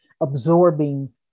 absorbing